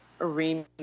arena